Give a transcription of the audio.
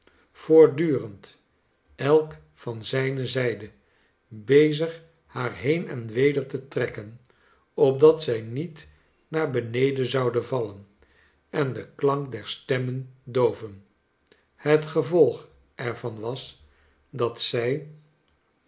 voortdurend elk van zijne zijde bezig haar heen en weder te trekken opdat zij niet naar beneden zou vallen en den klank der stemmen dooven het gevolg er van was dat zij